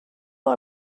بار